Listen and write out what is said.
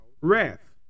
wrath